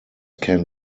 can